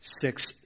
six